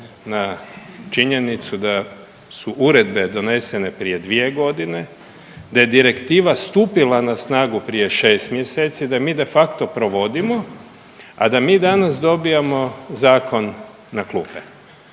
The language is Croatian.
na činjenicu da su uredbe donesene prije 2 godine, da je Direktiva stupila na snagu prije 6 mjeseci, da je mi de facto provodimo, a da mi danas dobijamo zakon na klupe?